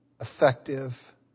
effective